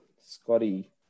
Scotty